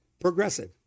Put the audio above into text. progressive